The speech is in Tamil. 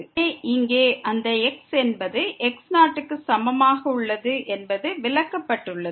எனவே இங்கே அந்த x என்பது x0 க்கு சமமாக உள்ளது என்பது விலக்கப்பட்டுள்ளது